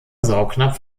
saugnapf